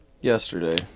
Yesterday